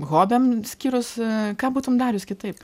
hobiam skyrus ką būtum darius kitaip